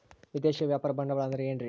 ವಿದೇಶಿಯ ವ್ಯಾಪಾರ ಬಂಡವಾಳ ಅಂದರೆ ಏನ್ರಿ?